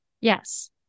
Yes